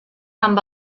amb